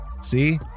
See